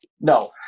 No